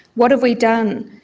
what have we done?